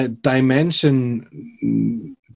dimension